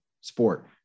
sport